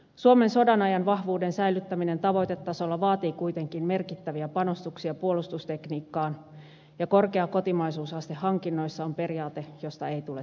suomen sodan ajan vahvuuden säilyttäminen tavoitetasolla vaatii kuitenkin merkittäviä panostuksia puolustustekniikkaan ja korkea kotimaisuusaste hankinnoissa on periaate josta ei tule tinkiä